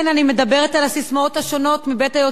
אני מדברת על הססמאות השונות מבית היוצר